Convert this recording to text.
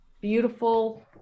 beautiful